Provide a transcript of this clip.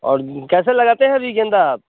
और कैसे लगाते हैं जी गेंदा